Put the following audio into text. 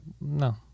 No